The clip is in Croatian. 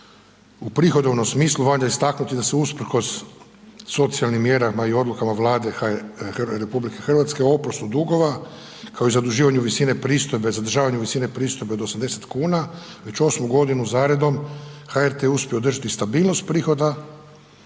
U prihodovnom smislu valja istaknuti da se usprkos socijalnim mjerama i odlukama Vlade RH o oprostu dugova kao i zaduživanju u visine pristojbe, zadržavanje visine pristojbe od 80 kuna već 8 godinu zaredom HRT je uspio održati stabilnost prihoda